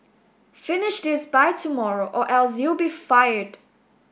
finish this by tomorrow or else you'll be fired